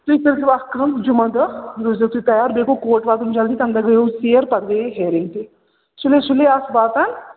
تُہۍ کٔرِو اَکھ کٲم جُمعہ دۄہ روٗزۍزیو تُہۍ تیار بیٚیہِ گوٚو کوٹ واتُن جلدی تَمہِ دۄہ گٔییوُ ژیر پَتہٕ گٔییے ہِیَرِنٛگ تہِ چھِنا سُلے آس واتان